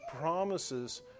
promises